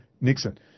Nixon